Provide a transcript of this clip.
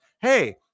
Hey